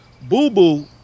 Boo-Boo